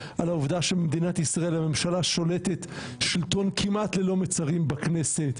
על העובדה שבמדינת ישראל הממשלה שולטת שלטון כמעט ללא מצרים בכנסת.